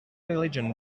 religion